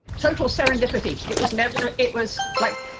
total serendipity! it was never it was like